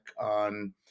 on